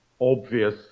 obvious